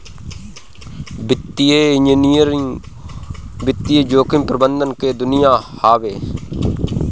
वित्तीय इंजीनियरिंग वित्तीय जोखिम प्रबंधन के दुनिया हवे